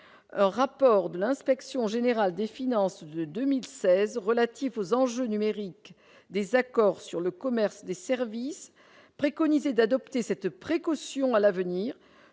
un rapport de l'Inspection générale des finances de 2016 relatifs aux enjeux numériques des accords sur le commerce des services préconisé d'adopter cette précaution à l'avenir